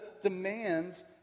demands